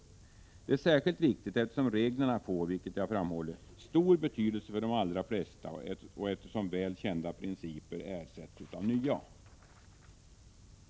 Det är särskilt viktigt eftersom reglerna, som jag tidigare framhållit, får stor betydelse för de allra flesta och eftersom väl kända principer ersätts av nya.